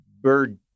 Bird